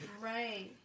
Right